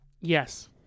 Yes